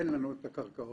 אין לנו את הקרקעות.